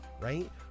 right